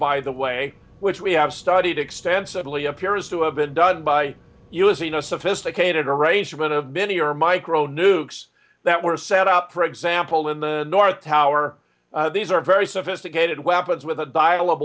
by the way which we have studied extensively appears to have been done by using a sophisticated arrangement of mini or micro nukes that were set up for example in the north tower these are very sophisticated weapons with a dial